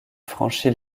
franchit